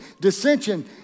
dissension